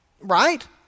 Right